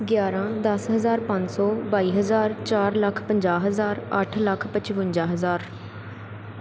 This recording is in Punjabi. ਗਿਆਰਾਂ ਦਸ ਹਜ਼ਾਰ ਪੰਜ ਸੌ ਬਾਈ ਹਜ਼ਾਰ ਚਾਰ ਲੱਖ ਪੰਜਾਹ ਹਜ਼ਾਰ ਅੱਠ ਲੱਖ ਪਚਵੰਜਾ ਹਜ਼ਾਰ